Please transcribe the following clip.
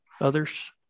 others